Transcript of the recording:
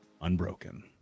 unbroken